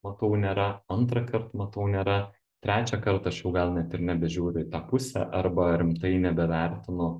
matau nėra antrąkart matau nėra trečiąkart aš jau gal net ir nebežiūriu į tą pusę arba rimtai nebevertinu